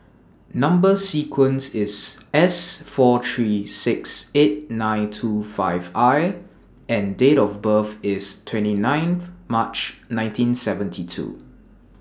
Number sequence IS S four three six eight nine two five I and Date of birth IS twenty nine March nineteen seventy two